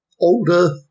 Older